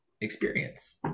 experience